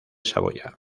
saboya